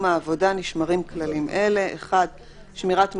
העבודה נשמרים כללים אלה: שמירת מרחק,